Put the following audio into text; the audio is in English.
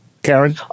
Karen